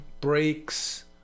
breaks